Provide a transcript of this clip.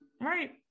Right